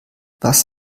was